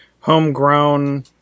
homegrown